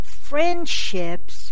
friendships